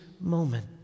moment